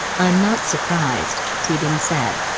i'm not surprised, teabing said.